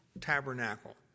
Tabernacle